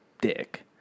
dick